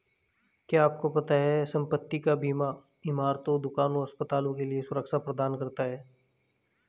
क्या आपको पता है संपत्ति का बीमा इमारतों, दुकानों, अस्पतालों के लिए सुरक्षा प्रदान करता है?